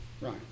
Right